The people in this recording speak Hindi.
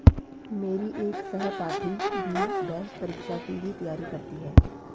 मेरी एक सहपाठी भी बैंक परीक्षा की ही तैयारी करती है